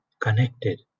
connected